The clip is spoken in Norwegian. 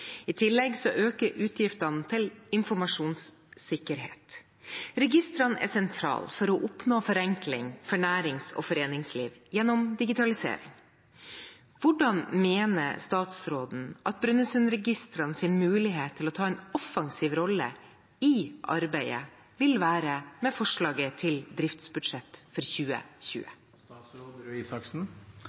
I tillegg øker utgiftene til informasjonssikkerhet. Registrene er sentrale for å oppnå forenkling for nærings- og foreningsliv gjennom digitalisering. Hvordan mener statsråden Brønnøysundregistrenes mulighet til å ta en offensiv rolle i dette arbeidet vil være med forslaget til driftsbudsjett for